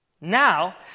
now